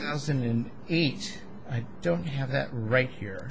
thousand and eight i don't have it right here